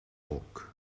walk